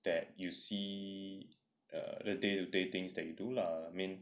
that you see err the day to day things that you do lah I mean